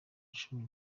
cumi